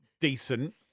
decent